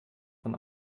von